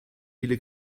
viele